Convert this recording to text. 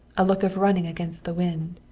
a look of running against the wind.